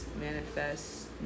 manifest